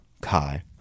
Kai